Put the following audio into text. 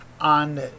on